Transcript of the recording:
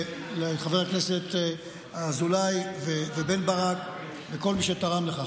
אני מודה לחברי הכנסת אזולאי ובן ברק ולכל מי שתרם לכך.